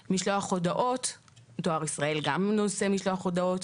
בסעיף משלוח הודעות - גם דואר ישראל עושה משלוח הודעות,